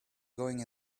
going